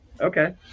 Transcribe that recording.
Okay